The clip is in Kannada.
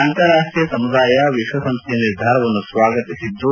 ಅಂತಾರಾಷ್ಟೀಯ ಸಮುದಾಯ ವಿಶ್ವಸಂಸ್ದೆಯ ನಿರ್ಧಾರವನ್ನು ಸ್ವಾಗತಿಸಿದ್ದು